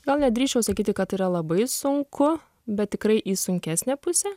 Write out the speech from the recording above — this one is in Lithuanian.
gal nedrįsčiau sakyti kad yra labai sunku bet tikrai į sunkesnę pusę